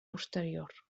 posterior